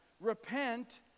repent